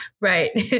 Right